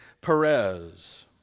Perez